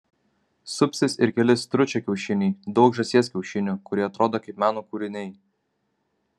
supsis ir keli stručio kiaušiniai daug žąsies kiaušinių kurie atrodo kaip meno kūriniai